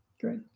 Great